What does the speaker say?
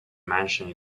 mansion